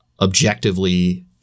objectively